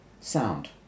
Sound